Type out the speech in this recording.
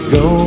go